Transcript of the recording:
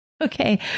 Okay